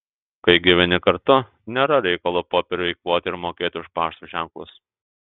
kai gyveni kartu nėra reikalo popierių eikvoti ir mokėti už pašto ženklus